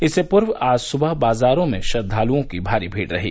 इससे पूर्व आज सुबह बाजारों में श्रद्वालुओं की भारी भीड़ रही